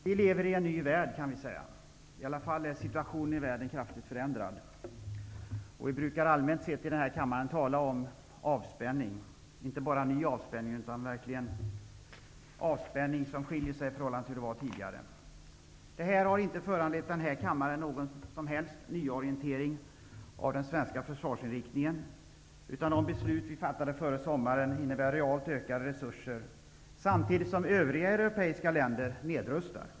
Fru talman! Vi lever, kan man säga, i en ny värld. I alla fall är situationen i världen kraftigt förändrad. Vi brukar rent allmänt i den här kammaren tala om avspänning -- och då inte bara en ny sådan, utan en avspänning som verkligen skiljer sig från hur det var tidigare. Detta har inte i denna kammare föranlett någon som helst nyorientering av den svenska försvarsinriktningen. De beslut som vi fattade före sommaren innebär i stället realt ökade resurser, samtidigt som övriga europeiska länder nedrustar.